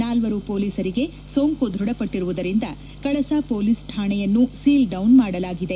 ನಾಲ್ವರು ಪೊಲೀಸರಿಗೆ ಸೋಂಕು ದೃಢಪಟ್ಟರುವುದರಿಂದ ಕಳಸ ಪೊಲೀಸ್ ಠಾಣೆಯನ್ನು ಸೀಲ್ ಡೌನ್ ಮಾಡಲಾಗಿದೆ